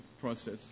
process